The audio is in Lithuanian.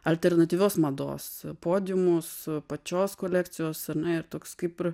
alternatyvios mados podiumus pačios kolekcijos ar ne ir toks kaip ir